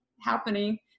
happening